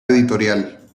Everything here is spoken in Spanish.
editorial